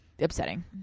upsetting